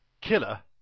Killer